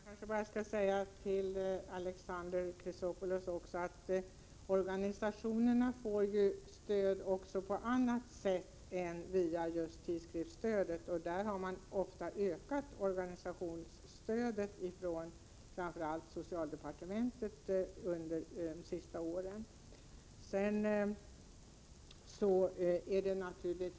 Herr talman! Jag skall bara säga till Alexander Chrisopoulos att organisationerna får stöd också på annat sätt än via tidskriftsstödet. Under de senaste åren har man, framför allt från socialdepartementet, ökat organisationsstödet.